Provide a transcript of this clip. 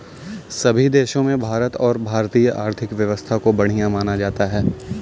सभी देशों में भारत और भारतीय आर्थिक व्यवस्था को बढ़िया माना जाता है